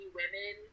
women